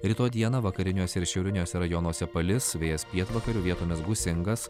rytoj dieną vakariniuose ir šiauriniuose rajonuose palis vėjas pietvakarių vietomis gūsingas